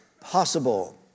possible